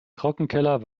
trockenkeller